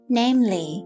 namely